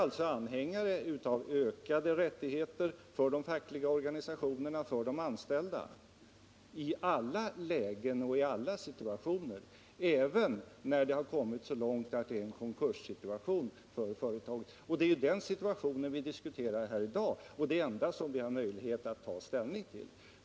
Vi i vpk är anhängare av ökade rättigheter för de fackliga organisationerna, Nr 141 dvs. de anställda, i alla lägen och i alla situationer — även när det har gått så Onsdagen den långt att företaget är i en konkurssituation. Det är den situationen som viidag 9 maj 1979 diskuterar, och det är det enda som vi har möjlighet att ta ställning till.